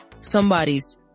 somebody's